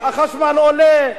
החשמל עולה,